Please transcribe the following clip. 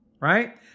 right